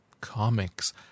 comics